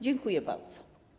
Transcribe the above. Dziękuję bardzo.